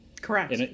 Correct